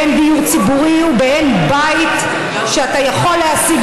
באין דיור ציבורי ובאין בית שאתה יכול להשיג